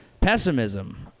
pessimism